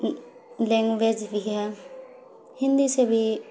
language بھی ہے ہندی سے بھی